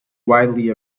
widely